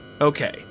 Okay